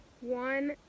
one